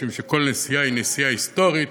משום שכל נסיעה היא נסיעה היסטורית,